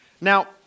Now